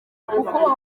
kuko